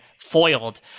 foiled